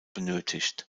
benötigt